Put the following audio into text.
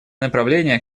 направление